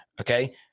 Okay